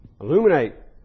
illuminate